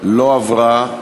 לא עברה.